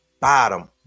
bottom